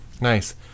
Nice